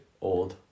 Old